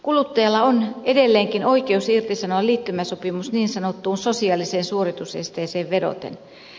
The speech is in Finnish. kuluttajalla on edelleenkin oikeus irtisanoa liittymäsopimus niin sanottuun sosiaaliseen suoritusesteeseen vedoten